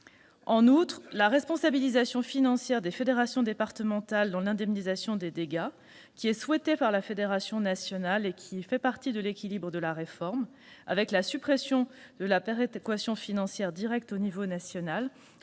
prévues la responsabilisation financière des fédérations départementales dans l'indemnisation des dégâts, qui est souhaitée par la FNC et qui fait partie de l'équilibre de la réforme, la suppression de la péréquation financière directe au niveau national